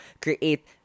create